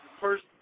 first